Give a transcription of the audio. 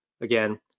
again